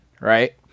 right